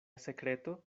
sekreto